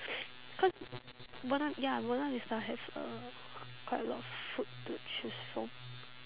cause buona ya buona vista has uh quite a lot of food to choose from